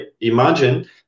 imagine